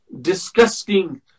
disgusting